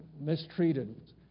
mistreated